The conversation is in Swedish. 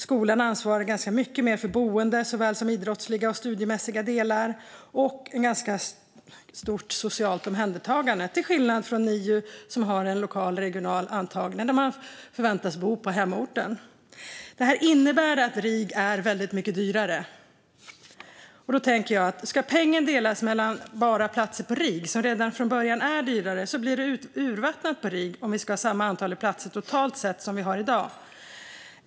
Skolan ansvarar ganska mycket mer för såväl boende som idrottsliga och studiemässiga delar och har ett ganska stort socialt omhändertagande - till skillnad från NIU, som har lokal eller regional antagning och där man förväntas bo på hemorten. Det innebär att RIG är väldigt mycket dyrare. Då tänker jag: Ska pengen delas bara mellan platser på RIG, som redan från början är dyrare, blir det urvattnat på RIG om vi ska ha samma antal platser totalt som i dag?